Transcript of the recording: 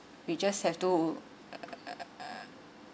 we just have to